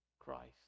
Christ